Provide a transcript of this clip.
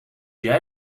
jij